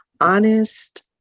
honest